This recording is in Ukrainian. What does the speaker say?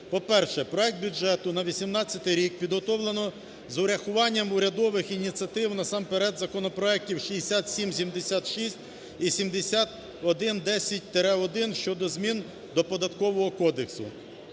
По-перше, проект бюджету на 2018 рік підготовлено з урахуванням урядових ініціатив, насамперед законопроектів 6776 і 7110-1 щодо змін до Податкового кодексу,